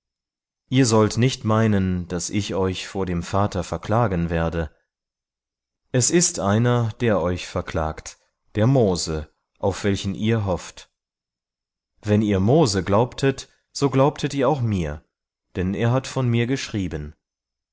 ihr sollt nicht meinen daß ich euch vor dem vater verklagen werde es ist einer der euch verklagt der mose auf welchen ihr hofft wenn ihr mose glaubtet so glaubtet ihr auch mir denn er hat von mir geschrieben